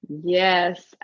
Yes